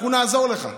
אנחנו נעזור לך.